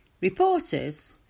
Reporters